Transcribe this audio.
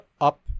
up